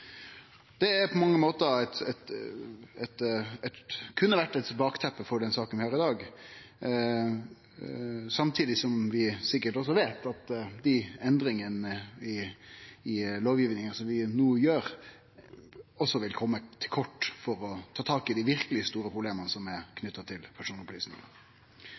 Det er på mange måtar businessmodellen i den nye økonomien som blir utvikla der. Det kunne ha vore eit bakteppe for saka vi har i dag, samtidig som vi veit at endringane som vi no gjer i lovgivinga, sikkert også vil kome til kort når det gjeld å ta tak i dei verkeleg store problema som er knytte til personopplysningar.